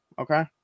okay